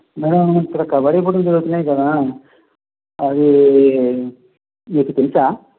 madam ఇక్కడ కబడ్డీ పోటీలు జరుగుతున్నాయి కదా అవి మీకు తెలుసా